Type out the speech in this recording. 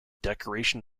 decoration